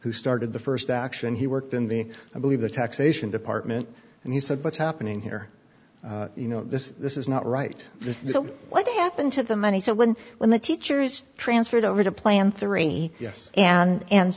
who started the first action he worked in the i believe the taxation department and he said what's happening here you know this this is not right so what happened to the money so when when the teacher is transferred over to plan three yes and and